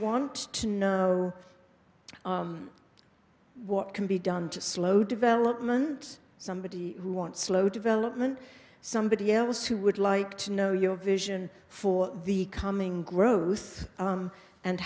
want to know what can be done to slow development somebody who wants slow development somebody else who would like to know your vision for the coming gro